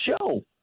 show